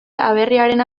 aberriaren